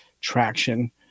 traction